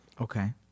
Okay